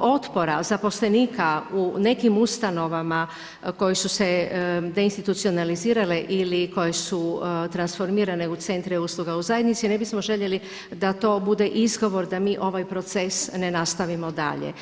otpora zaposlenika u nekim ustanovama koje su se deinstitucionalizirale ili koje su transformirane u centre usluga u zajednici, ne bismo željeli da to bude izgovor da mi ovaj proces ne nastavimo dalje.